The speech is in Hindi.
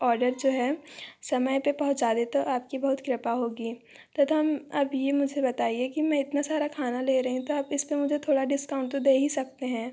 ऑर्डर जो है समय पे पहुँचा दें तो आपकी बहुत कृपा होगी तथा अब ये मुझे बताइए कि मैं इतना सारा खाना ले रही हूँ तो आप इसपे मुझे थोड़ा डिस्काउंट तो दे ही सकते हैं